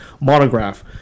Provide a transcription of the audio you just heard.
monograph